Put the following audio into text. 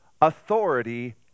authority